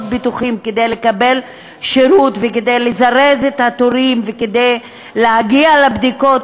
ביטוחים כדי לקבל שירות וכדי לזרז את התורים וכדי להגיע לבדיקות